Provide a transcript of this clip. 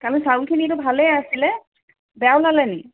কালি চাউলখিনিটো ভালে আছিলে বেয়া ওলালে নি